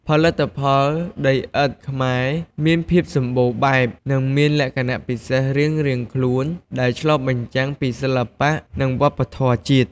ផលិតផលដីឥដ្ឋខ្មែរមានភាពសម្បូរបែប និងមានលក្ខណៈពិសេសរៀងៗខ្លួនដែលឆ្លុះបញ្ចាំងពីសិល្បៈ និងវប្បធម៌ជាតិ